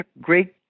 great